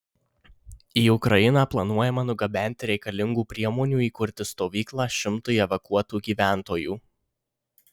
į ukrainą planuojama nugabenti reikalingų priemonių įkurti stovyklą šimtui evakuotų gyventojų